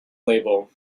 label